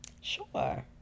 Sure